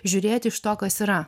žiūrėti iš to kas yra